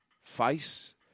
face